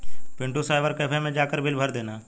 Pintu cyber cafe मैं जाकर bill भर देना